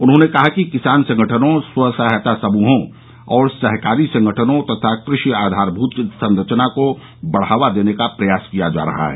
उन्होंने कहा कि किसान संगठनों स्व सहायता समूहों और सहकारी संगठनों तथा कृषि आधारभूत संरचना को बढावा देने का प्रयास किया जा रहा है